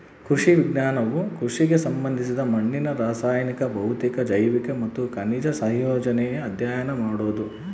ಕೃಷಿ ವಿಜ್ಞಾನವು ಕೃಷಿಗೆ ಸಂಬಂಧಿಸಿದ ಮಣ್ಣಿನ ರಾಸಾಯನಿಕ ಭೌತಿಕ ಜೈವಿಕ ಮತ್ತು ಖನಿಜ ಸಂಯೋಜನೆ ಅಧ್ಯಯನ ಮಾಡೋದು